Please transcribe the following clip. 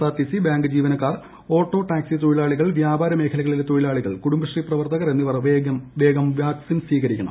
RTC bank ജീവനക്കാർ auto taxi തൊഴില്ലൂട്ളി്കൾ വ്യാപാര മേഖലകളിലെ തൊഴിലാളികൾ കുടുംബശ്രീ പ്രവർത്തകർ എന്നിവർ വേഗം വാക്സിൻ സ്വീകരിക്കണം